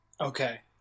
okay